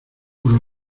por